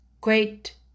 great